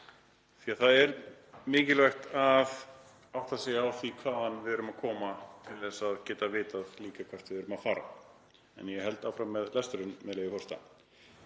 því það er mikilvægt að átta sig á því hvaðan við erum að koma til þess að geta vitað hvert við erum að fara. Ég held áfram með lesturinn, með leyfi forseta: